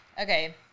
okay